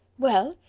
well,